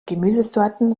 gemüsesorten